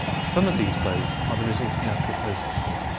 some of these flows are the result of natural processes.